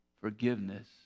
forgiveness